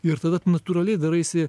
ir tada tu natūraliai daraisi